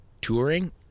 touring